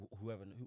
whoever